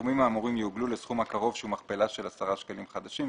הסכומים האמורים יעוגלו לסכום הקרוב שהוא מכפלה של 10 שקלים חדשים.